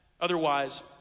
Otherwise